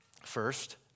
First